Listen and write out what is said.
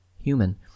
human